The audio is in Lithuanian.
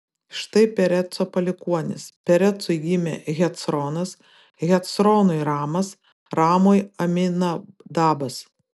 štai pereco palikuonys perecui gimė hecronas hecronui ramas ramui aminadabas